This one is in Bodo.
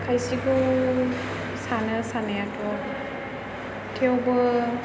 खायसेखौ सानो साननायाथ' थेवबो